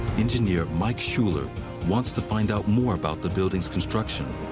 engineer mike schuller wants to find out more about the building's construction.